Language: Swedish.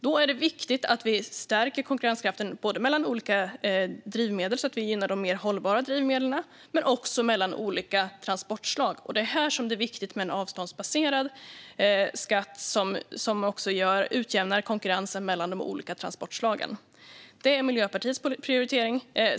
Då är det viktigt att vi stärker konkurrenskraften både mellan olika drivmedel, så att vi gynnar de mer hållbara drivmedlen, och mellan olika transportslag. Det är i detta sammanhang som det är viktigt med en avståndsbaserad skatt som utjämnar konkurrensen mellan de olika transportslagen. Det är Miljöpartiets prioritering.